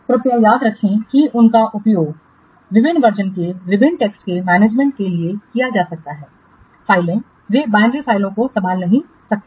कृपया याद रखें कि उनका उपयोग पाठ के विभिन्न वर्जनसं के विभिन्न टेक्स्ट के मैनेजमेंट के लिए किया जा सकता है फ़ाइलें वे बाइनरी फ़ाइलों को संभाल नहीं करते हैं